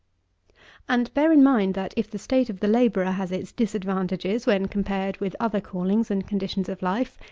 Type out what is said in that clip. and, bear in mind, that if the state of the labourer has its disadvantages when compared with other callings and conditions of life,